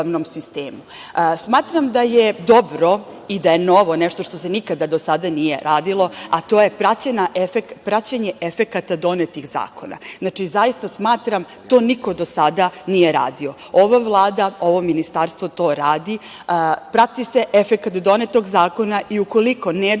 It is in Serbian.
sistemu. Smatram da je dobro i da je novo nešto što se nikada do sada nije radilo, a to je praćenje efekata donetih zakona. Znači, zaista smatram, to niko do sada nije radio. Ova Vlada, ovo Ministarstvo to radi, prati se efekat donetog zakona i ukoliko ne dođe do